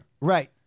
right